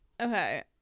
Okay